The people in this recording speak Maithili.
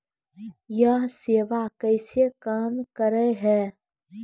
यह सेवा कैसे काम करै है?